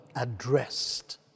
addressed